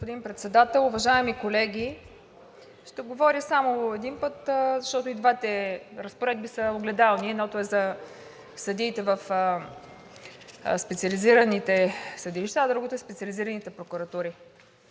Благодаря, господин Председател. Уважаеми колеги, ще говоря само един път, защото и двете разпоредби са огледални – едната е за съдиите в специализираните съдилища, а другата е специализираните прокуратури.